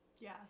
Yes